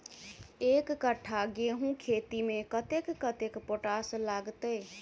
एक कट्ठा गेंहूँ खेती मे कतेक कतेक पोटाश लागतै?